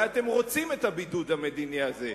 שאולי אתם רוצים את הבידוד המדיני הזה,